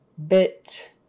Bit